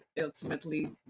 ultimately